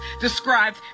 described